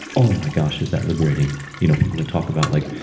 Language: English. oh my gosh is that liberating? you know people can talk about like,